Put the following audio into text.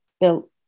built